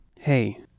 Hey